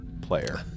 player